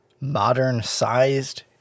modern-sized